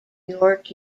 york